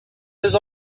his